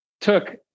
took